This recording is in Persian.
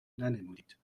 ننمودید